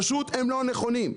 פשוט הם לא נכונים,